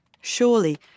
Surely